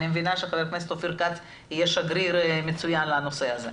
אני מבינה שח"כ אופיר כץ יהיה שגריר מצוין לנושא הזה.